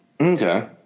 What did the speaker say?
Okay